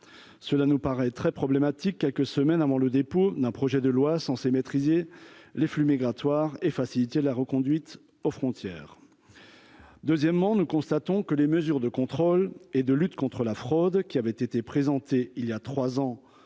cela nous paraît très problématique, quelques semaines avant le dépôt d'un projet de loi censée maîtriser les flux migratoires et faciliter la reconduite aux frontières, deuxièmement, nous constatons que les mesures de contrôle et de lutte contre la fraude, qui avait été présenté il y a 3 ans,